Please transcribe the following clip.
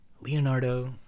leonardo